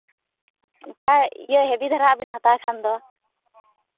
ᱚᱱᱠᱟ ᱦᱮᱵᱤ ᱫᱷᱟᱨᱟᱼᱟᱜ ᱵᱮᱱ ᱦᱟᱛᱟᱣ ᱠᱷᱟᱱ ᱫᱚ